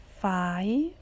five